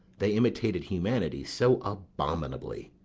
they imitated humanity so abominably.